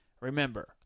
Remember